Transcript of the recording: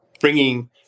bringing